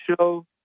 show